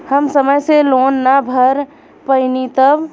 हम समय से लोन ना भर पईनी तब?